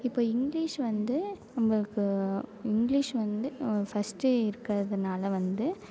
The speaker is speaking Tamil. இப்போ இங்கிலிஷ் வந்து நம்மளுக்கு இங்கிலிஷ் வந்து ஃபஸ்டு இருக்கிறதுனால வந்து